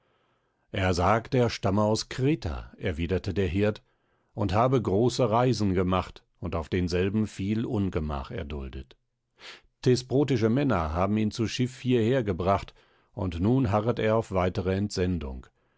er sagt er stamme aus kreta erwiderte der hirt und habe große reisen gemacht und auf denselben viel ungemach erduldet thesprotische männer haben ihn zu schiff hierher gebracht und nun harret er auf weitere entsendung